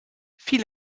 viel